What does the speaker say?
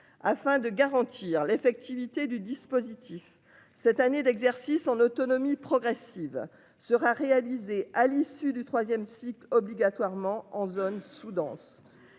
afin de garantir l'effectivité du dispositif cette année d'exercice. Son autonomie progressive sera réalisé à l'issue du 3ème cycle obligatoirement en en zone sous- dense.